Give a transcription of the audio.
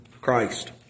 Christ